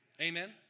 Amen